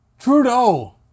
Trudeau